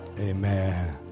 Amen